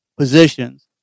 positions